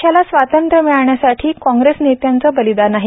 देशाला स्वातंत्र्य मिळण्यासाठी काँग्रेस नेत्यांचे बलिदान आहे